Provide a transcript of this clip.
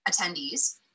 attendees